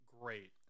great